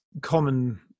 common